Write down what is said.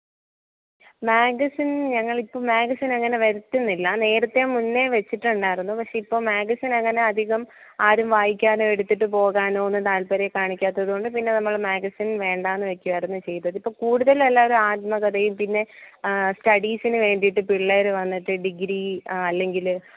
magazine ഞങ്ങളിപ്പം magazine അങ്ങനെ വരുത്തുന്നില്ല നേരത്തെ മുന്നേ വെച്ചിട്ടുണ്ടായിരുന്നു പക്ഷെ ഇപ്പം മാഗസിനങ്ങനെ അധികം ആരും വായിക്കാനോ എടുത്തിട്ട് പോകാനോ ഒന്നും താത്പര്യം കാണിക്കാത്തതു കൊണ്ട് പിന്നെ നമ്മൾ മാഗസിൻ വേണ്ടയെന്നു വെക്കുകയായിരുന്നു ചെയ്തത് ഇപ്പം കൂടുതലെല്ലാവരും ആത്മകഥയും പിന്നെ സ്റ്റഡീസിനു വേണ്ടിയിട്ട് പിള്ളേർ വന്നിട്ട് ഡിഗ്രീ അല്ലെങ്കിൽ